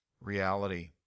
reality